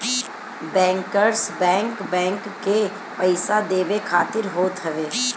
bankers bank, bank के पईसा देवे खातिर होत हवे